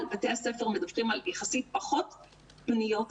בתי הספר מדווחים על יחסית פחות פניות,